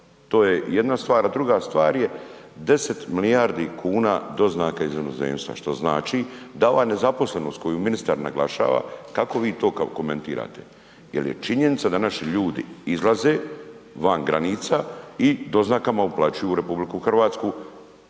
to je jedna stvar, a druga stvar je 10 milijardi kuna doznaka iz inozemstva, što znači da ova nezaposlenost koju ministar naglašava, kako vi to komentirate, jel je činjenica da naši ljudi izlaze van granica i doznaka uplaćuju u RH iz drugih